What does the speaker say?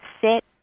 sit